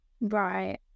right